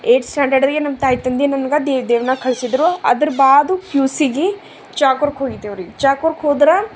eight ಸ್ಟ್ಯಾಂಡರ್ಡ್ಗೆ ನಮ್ಮ ತಾಯಿ ತಂದೆ ನನಗೆ ದೇವ ದೇವ್ನಕ್ಕ ಕಳಿಸಿದ್ರು ಅದರ ಬಾದು ಪ್ಯುಸಿಗಿ ಚಾಕೂರ್ಕ ಹೋಗಿದೆವ್ರಿ ಚಾಕೂರ್ಕ ಹೋದರೆ